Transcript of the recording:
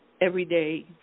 everyday